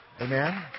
Amen